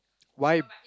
why